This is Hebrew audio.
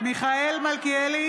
בעד מופיד מרעי,